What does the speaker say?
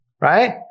Right